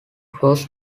flows